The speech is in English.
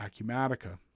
Acumatica